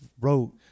wrote